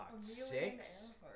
six